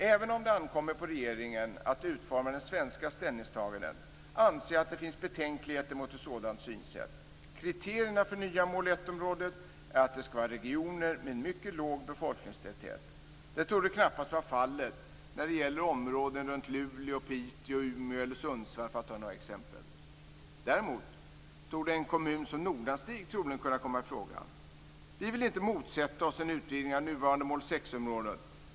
Även om det ankommer på regeringen att utforma det svenska ställningstagandet anser jag att det finns betänkligheter mot ett sådant synsätt. Kriterierna för det nya mål 1-området är att det skall vara fråga om regioner med mycket låg befolkningstäthet. Detta torde knappast vara fallet när det gäller områden runt Luleå, Piteå, Umeå eller Sundsvall, för att ta några exempel. Däremot torde en kommun som Nordanstig troligen kunna komma i fråga. Vi vill inte motsätta oss en utvidgning av nuvarande mål 6-området.